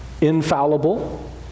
infallible